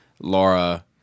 Laura